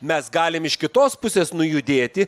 mes galim iš kitos pusės nujudėti